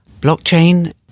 Blockchain